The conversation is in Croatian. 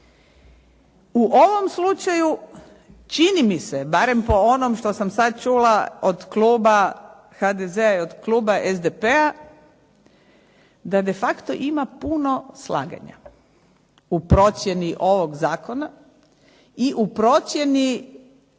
U ovom slučaju čini mi se barem po onom što sam sada čula od kluba HDZ-a i od kluba SDP-a, da de facto ima puno slaganja u procjeni ovog zakona i u procjeni